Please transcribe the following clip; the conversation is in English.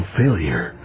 failure